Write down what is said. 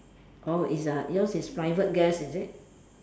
oh it's uh yours is private gas is it